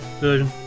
version